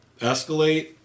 escalate